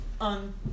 on